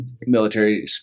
military